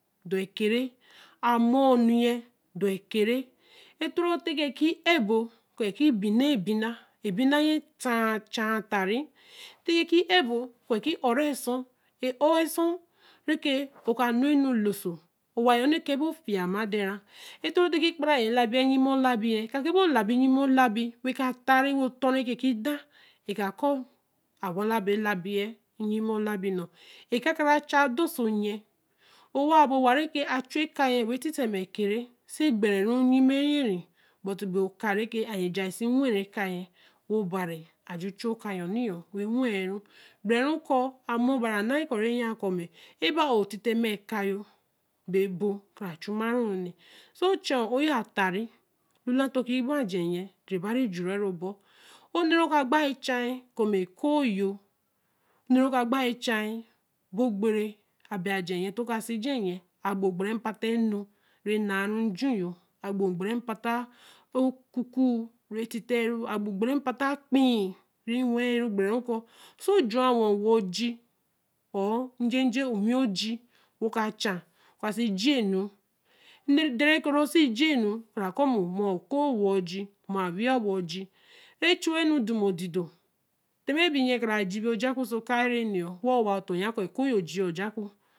dor ke re, a moō ōnuyen dorkere ō toro tte gke kī ēbo ku ki binn̄aā ebi na, ēbināa yen chāa ttare, tte kiē-bo kueki alreasō rekanonno lōose ōwa yor cubor fiyama ttāre, ttee ki la bi lyinme lāabru, ka kuloolaa bāi wen ka ttaāre, wen oton rekegi chāa ēkakōo, ā walabelabai, ēka-kara che dor so yen, owa bēe owa reke a chu ēkayea wen tittema ekere, se gbere re nyinme yere, but be oka re a yen jāa sī wen re ka yen, wo bari a ju chu oka yor wenru, gbere ko, a-moro bari a n̄na ko re yen ko, eba Ō ti-teme eka Ō baī bokara chumaru in̄n̄, ochen Ō yor a tare a lula togī gwa aje yen eyen bere jure bo Ō nn̄e ru ka pbai chen bo gbere a bai ajer yen to kasi ajer yen, a-gbo gbere patta ocucuu re titteru agbo gbere patta akpee gbere ru ku sojo owa oji wo ka chen ē denre re ke ru si jinu, be chu nn̄o dor ma cle do tima biyen kara ji bī ojakpo ōso oka eren̄ni wen ō wato yen ku ekōo yor jii oja gbo.